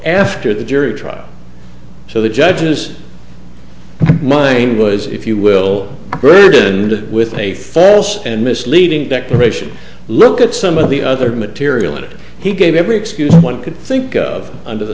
after the jury trial so the judge's mind was if you will agree with a false and misleading declaration look at some of the other material that he gave every excuse one could think of under the